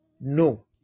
no